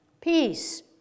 Peace